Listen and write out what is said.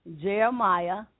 Jeremiah